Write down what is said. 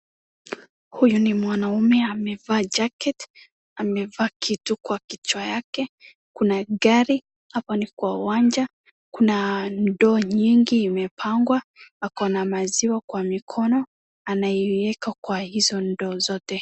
Huyu ni mwanaume amevaa jacket . Amevaa kitu kwa kichwa yake. Kuna gari, hapa ni kwa uwanja. Kuna ndoo nyingi imepangwa. Ako na maziwa kwa mikono anaieka kwa hizo ndoo zote.